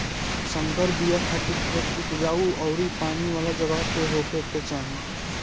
संकर बिया खातिर खेत उपजाऊ अउरी पानी वाला जगही पे होखे के चाही